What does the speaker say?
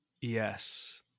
Yes